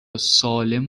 سالم